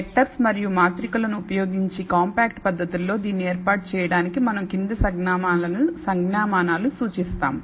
vectors మరియు మాత్రికలను ఉపయోగించి కాంపాక్ట్ పద్ధతిలో దీన్ని ఏర్పాటు చేయడానికి మనం కింది సంజ్ఞామానాలు సూచిస్తాము